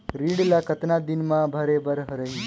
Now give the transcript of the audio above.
ऋण ला कतना दिन मा भरे बर रही?